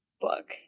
book